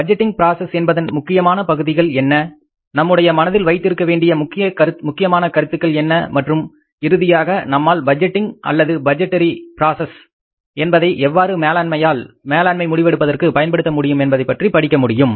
budgeting process என்பதன் முக்கியமான பகுதிகள் என்ன நம்முடைய மனதில் வைத்திருக்கவேண்டிய முக்கியமான கருத்துக்கள் என்ன மற்றும் இறுதியாக நம்மால் பட்ஜெட்டிங் அல்லது பட்ஜெடரி பிராசஸ் என்பதை எவ்வாறு மேலாண்மையால் மேலாண்மை முடிவெடுப்பதற்கு பயன்படுத்த முடியும் என்பதைப்பற்றி படிக்க முடியும்